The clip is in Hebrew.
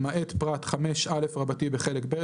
למעט פרט (5א) בחלק ב',